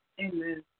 Amen